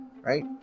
right